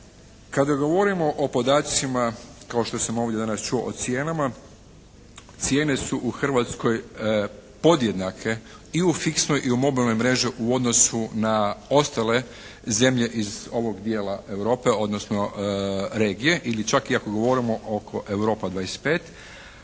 Kada govorimo o podacima kao što sam ovdje danas čuo o cijenama, cijene su u Hrvatskoj podjednake i u fiksnoj i u mobilnoj mreži u odnosu na ostale zemlje iz ovog dijela Europe odnosno regije, ili čak i ako govorimo oko Europa 25